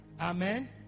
amen